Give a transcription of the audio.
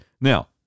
Now